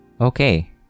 okay